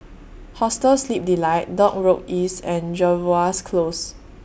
Hostel Sleep Delight Dock Road East and Jervois Close